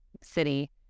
city